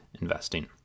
investing